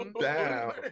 down